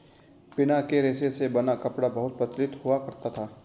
पिना के रेशे से बना कपड़ा बहुत प्रचलित हुआ करता था